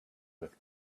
with